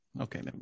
okay